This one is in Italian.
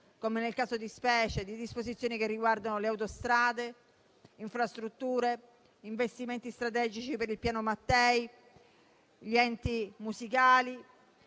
come nel caso di specie, di disposizioni che riguardano autostrade, infrastrutture, investimenti strategici per il Piano Mattei, enti musicali,